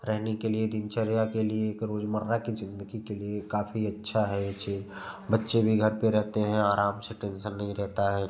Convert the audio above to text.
रहने के लिए दिनचर्या के लिए एक रोजमर्रा की जिंदगी के लिए काफ़ी अच्छा है ये चीज बच्चे भी घर पे रहते हैं आराम से टेंशन टेंशन नहीं रहता है